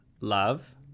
love